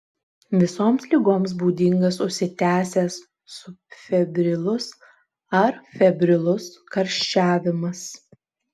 visoms ligoms būdingas užsitęsęs subfebrilus ar febrilus karščiavimas